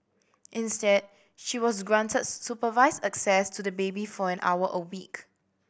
instead she was granted supervised access to the baby for an hour a week